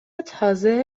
تازه